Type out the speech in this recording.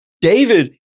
David